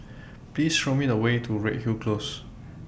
Please Show Me The Way to Redhill Close